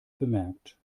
bemerkt